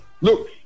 look